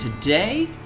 today